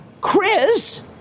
Chris